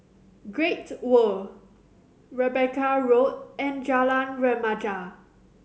Great World Rebecca Road and Jalan Remaja